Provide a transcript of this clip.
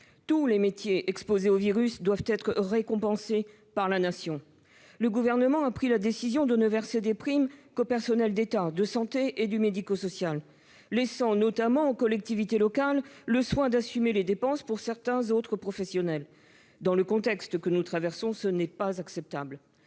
Toutes les professions exposées au virus doivent être récompensées par la Nation. Or le Gouvernement a pris la décision de ne verser des primes qu'aux personnels d'État de la santé et du médico-social, laissant notamment aux collectivités locales le soin d'assumer les dépenses pour certains autres professionnels. Dans le contexte que nous connaissons, cela n'est pas acceptable